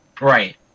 right